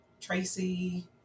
Tracy